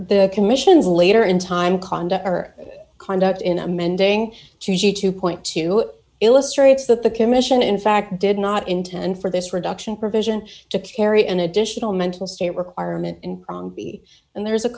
the commission's later in time conduct our conduct in amending choosey two two illustrates that the commission in fact did not intend for this reduction provision to carry an additional mental state requirement and there's a